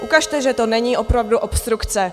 Ukažte, že to není opravdu obstrukce.